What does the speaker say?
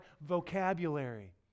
vocabulary